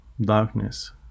darkness